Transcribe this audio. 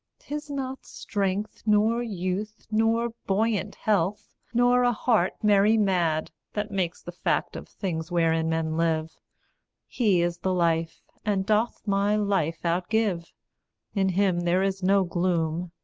tis not strength, nor youth, nor buoyant health, nor a heart merry-mad, that makes the fact of things wherein men live he is the life, and doth my life outgive in him there is no gloom,